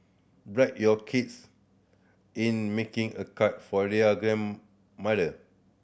bribe your kids in making a card for their grandmother